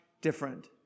different